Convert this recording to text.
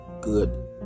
good